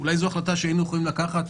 אולי זו החלטה שהיינו יכולים לקחת,